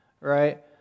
right